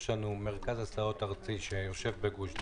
יש לנו מרכז הסעות ארצי שיושב בגוש דן.